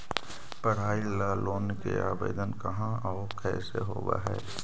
पढाई ल लोन के आवेदन कहा औ कैसे होब है?